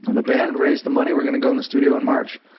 um the band raised the money, we're gonna go in the studio in march.